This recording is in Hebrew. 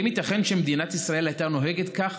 האם ייתכן שמדינת ישראל הייתה נוהגת כך